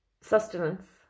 sustenance